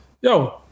yo